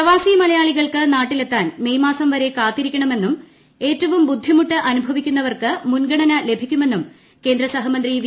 പ്രവാസി മലയാളികൾക്ക് നാട്ടിലെത്താൻ മേയ് മാസം വരെ കാത്തിരിക്കണമെന്നും ഏറ്റവും ബുദ്ധിമുട്ട് അനുഭവിക്കുന്നവർക്ക് മുൻഗണന ലഭിക്കുമെന്നും കേന്ദ്രൂ സ്റ്റ്ഹ്മന്ത്രി വി